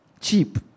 Cheap